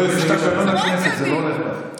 זה לא הולך ככה.